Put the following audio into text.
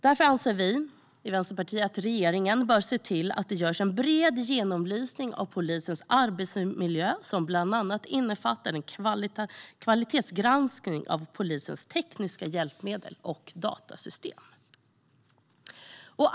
Därför anser vi i Vänsterpartiet att regeringen bör se till att det görs en bred genomlysning av polisens arbetsmiljö som bland annat innefattar en kvalitetsgranskning av polisens tekniska hjälpmedel och datasystem.